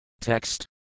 Text